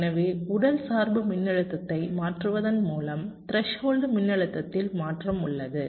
எனவே உடல் சார்பு மின்னழுத்தத்தை மாற்றுவதன் மூலம் த்ரெஸ்ஹோல்டு மின்னழுத்தத்தில் மாற்றம் உள்ளது